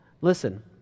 Listen